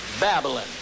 Babylon